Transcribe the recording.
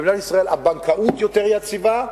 במדינת ישראל הבנקאות יותר יציבה,